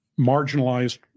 marginalized